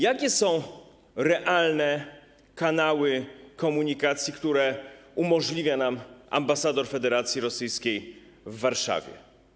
Jakie są realne kanały komunikacji, które umożliwia nam ambasador Federacji Rosyjskiej w Warszawie?